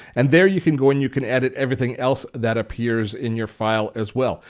and there you can go and you can edit everything else that appears in your file as well.